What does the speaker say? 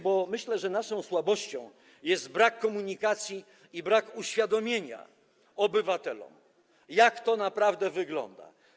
Bo myślę, że naszą słabością jest brak komunikacji i brak uświadomienia obywatelom, jak to naprawdę wygląda.